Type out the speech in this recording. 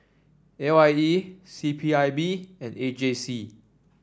A Y E C P I B and A J C